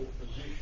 position